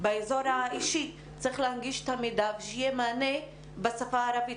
באזור האישי צריך להנגיש את המידע ושיהיה מענה בשפה הערבית.